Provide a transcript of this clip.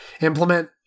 implement